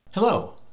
Hello